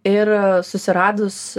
ir susiradus